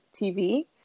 TV